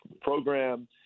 program